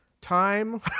time